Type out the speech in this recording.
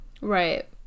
Right